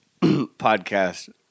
podcast